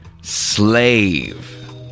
Slave